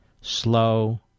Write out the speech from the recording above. slow